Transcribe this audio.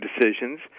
decisions